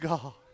God